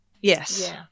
Yes